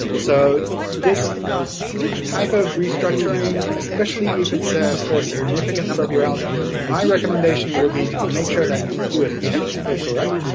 so this type of restructuring, especially if it's ah for a significant number of yeah urls, my recommendation would be to make sure that you do it technically correct.